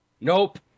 Nope